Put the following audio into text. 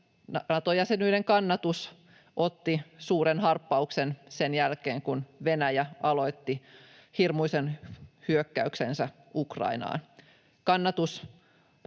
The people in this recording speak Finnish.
Nato-jäsenyyden kannatus otti suuren harppauksen sen jälkeen, kun Venäjä aloitti hirmuisen hyökkäyksensä Ukrainaan. Kannatus